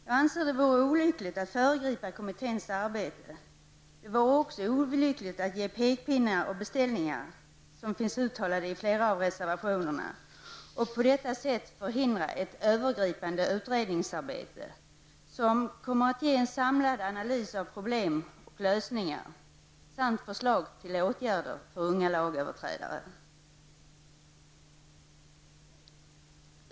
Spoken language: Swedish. Jag anser det vore olyckligt att föregripa kommitténs arbete. Det vore också olyckligt att ge pekpinnar och beställningar, som finns uttalat i flera reservationer, och på detta sätt förhindra ett övergripande utredningsarbete, som kommer att ge en samlad analys av problem och lösningar samt förslag till åtgärder för unga lagöverträdare.